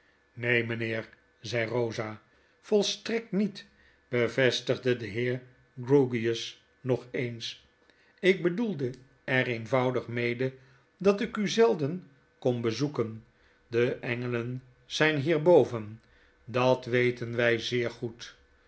neen mynheer zei eosa volstrekt niet bevestigdedeheer grewgious nog eens ik bedoelde er eenvoudig mede dat ik u zelden kom bezoeken de engelen zyn hier boven dat weten wy zeer goed